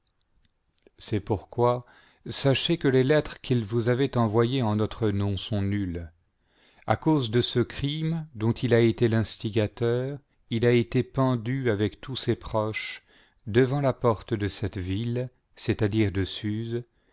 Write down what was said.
c'est pourquoi sachez que les lettres qu'il vous avait envoyées en notre nom sans nul à cause de ce crime dont il a été l'instigateur il a été pendu avec tous ses proches devant la porte de cette ville c'est-à-dire de suse